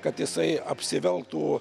kad jisai apsiveltų